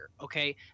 okay